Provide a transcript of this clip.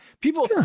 People